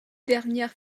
dernières